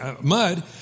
Mud